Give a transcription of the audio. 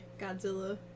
Godzilla